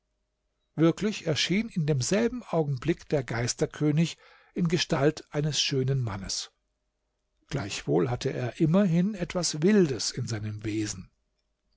wirklich erschien in demselben augenblick der geisterkönig in gestalt eines schönen mannes gleichwohl hatte er immerhin etwas wildes in seinem wesen